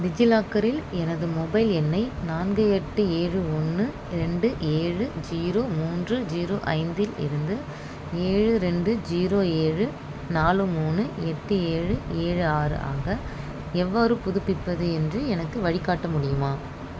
டிஜிலாக்கரில் எனது மொபைல் எண்ணை நான்கு எட்டு ஏழு ஒன்று ரெண்டு ஏழு ஜீரோ மூன்று ஜீரோ ஐந்தில் இருந்து ஏழு ரெண்டு ஜீரோ ஏழு நாலு மூணு எட்டு ஏழு ஏழு ஆறு ஆக எவ்வாறு புதுப்பிப்பது என்று எனக்கு வழிக்காட்ட முடியுமா